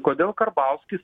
kodėl karbauskis